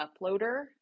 uploader